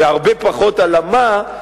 והרבה פחות על ה"מה",